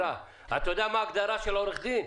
אתה יודע מה ההגדרה של עורך דין?